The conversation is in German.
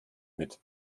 mit